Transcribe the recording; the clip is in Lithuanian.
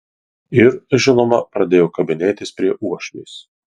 ir žinoma pradėjo kabinėtis prie uošvės